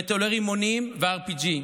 מטולי רימונים ו-RPG.